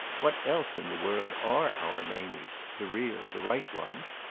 what else in the world are our mamies the real, the right ones?